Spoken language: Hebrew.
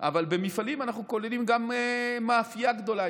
אבל במפעלים אנחנו כוללים גם מאפייה גדולה,